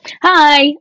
Hi